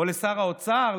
או לשר האוצר,